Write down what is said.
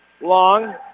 long